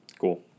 Cool